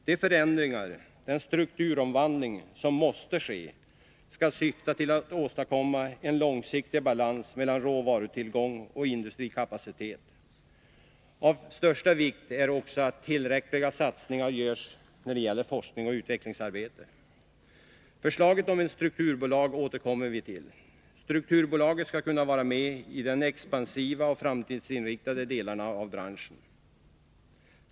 De förändringar — den strukturomvandling — som måste ske skall syfta till att åstadkomma en långsiktig balans mellan råvarutillgång och industrikapacitet. Av största vikt är också att tillräckliga satsningar görs när det gäller forskning och utvecklingsarbete. Förslaget om ett strukturbolag återkommer vi till. Strukturbolaget skall kunna vara med i de expansiva och framtidsinriktade delarna av branschen.